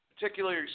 particularly